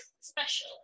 special